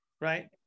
Right